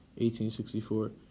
1864